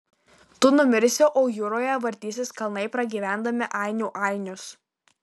tu numirsi o jūroje vartysis kalnai pragyvendami ainių ainius